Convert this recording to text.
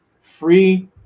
free